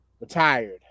retired